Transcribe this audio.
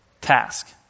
task